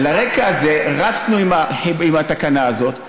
על הרקע הזה רצנו עם התקנה הזאת,